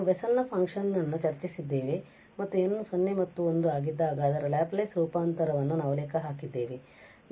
ನಾವು ಬೆಸೆಲ್ ನ ಫಂಕ್ಷನ್ ವನ್ನು Bessel's function ಚರ್ಚಿಸಿದ್ದೇವೆ ಮತ್ತು n 0 ಮತ್ತು 1 ಆಗಿದ್ದಾಗ ಅದರ ಲ್ಯಾಪ್ಲೇಸ್ ರೂಪಾಂತರವನ್ನು ನಾವು ಲೆಕ್ಕಹಾಕಿದ್ದೇವೆ